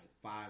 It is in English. Five